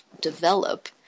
develop